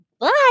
Bye